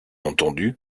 entendu